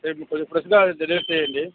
రేపు కొంచెం ఫ్రెష్గా డెలివరీ చెయ్యండి